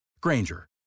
Granger